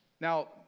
Now